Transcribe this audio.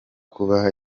kuba